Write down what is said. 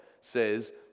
says